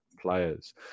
players